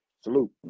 Salute